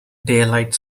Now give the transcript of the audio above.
daylight